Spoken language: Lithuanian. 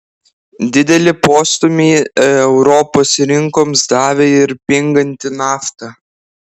didelį postūmį europos rinkoms davė ir pinganti nafta